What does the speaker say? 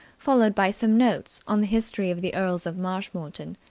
followed by some notes on the history of the earls of marshmoreton,